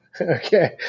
okay